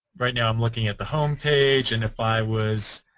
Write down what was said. right now um looking at the homepage and if i was